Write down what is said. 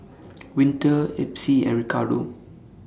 Winter Epsie and Ricardo